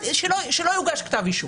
שלא יוגש כתב אישום.